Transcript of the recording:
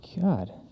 God